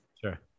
Sure